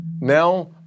now